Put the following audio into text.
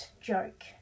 joke